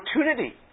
opportunity